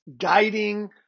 guiding